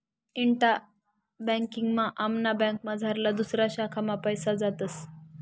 इंटा banking मा आमना बँकमझारला दुसऱा शाखा मा पैसा जातस